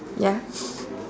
ya